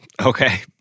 Okay